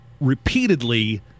repeatedly